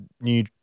new